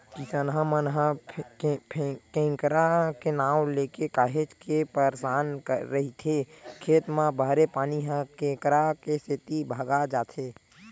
किसनहा मन ह केंकरा के नांव लेके काहेच के परसान रहिथे खेत म भरे पानी ह केंकरा के सेती भगा जाथे